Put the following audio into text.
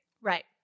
Right